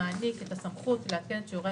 מעניק את הסמכות לעדכן את שיעורי